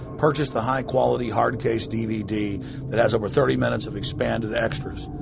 purchase the high quality, hard case dvd that has over thirty minutes of expanded extras.